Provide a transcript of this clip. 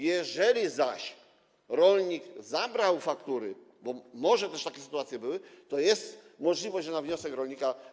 Jeżeli zaś rolnik zebrał faktury, bo może też takie sytuacje były, to jest możliwość, że na wniosek rolnika.